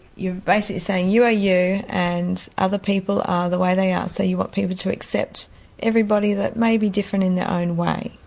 you are basically saying you are you and other people are the way they are, so you want people to accept everybody that may be different in their own way.